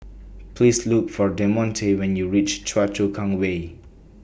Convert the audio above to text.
Please Look For Demonte when YOU REACH Choa Chu Kang Way